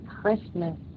Christmas